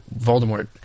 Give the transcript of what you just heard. Voldemort